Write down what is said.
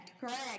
correct